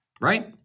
right